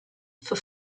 for